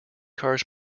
cars